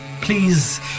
Please